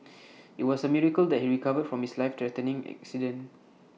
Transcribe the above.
IT was A miracle that he recovered from his lifethreatening accident